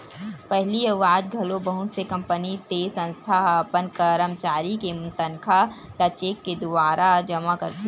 पहिली अउ आज घलो बहुत से कंपनी ते संस्था ह अपन करमचारी के तनखा ल चेक के दुवारा जमा करथे